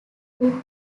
two